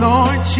Lord